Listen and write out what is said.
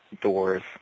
doors